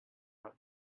out